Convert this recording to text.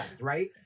right